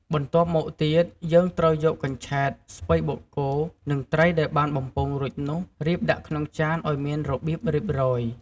បន្ទាប់មកទៀត យើងត្រូវយកកញ្ឆែត ស្ពៃបូកគោ និងត្រីដែលបានបំពងរួចនោះរៀបដាក់ក្នុងចានឲ្យមានរបៀបរៀបរយ។